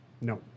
No